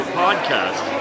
podcast